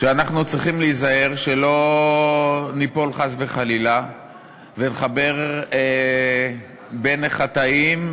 שאנחנו צריכים להיזהר שלא ניפול חס וחלילה ונחבר בין חטאים,